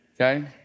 okay